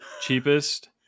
cheapest